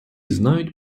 знають